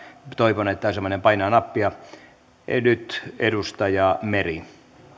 toivon että painaa nappia nyt edustaja meri